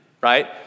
right